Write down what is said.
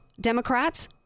Democrats